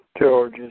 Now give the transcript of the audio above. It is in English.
George